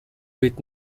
with